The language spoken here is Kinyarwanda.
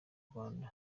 rwanda